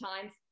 times